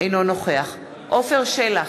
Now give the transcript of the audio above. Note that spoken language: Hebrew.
אינו נוכח עפר שלח,